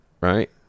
right